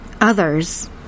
Others